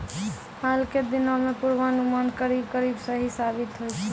हाल के दिनों मॅ पुर्वानुमान करीब करीब सही साबित होय छै